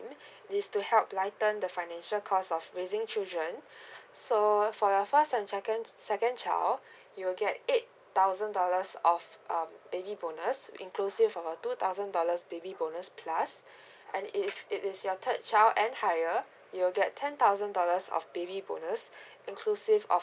is to help lighten the financial cost of raising children so uh for your first and second second child you'll get eight thousand dollars of um baby bonus inclusive of two thousand dollars baby bonus plus and if if it's your third child and higher you will get eight thousand dollars of baby bonus inclusive of